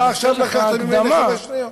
אתה עכשיו לקחת ממני 15 שניות.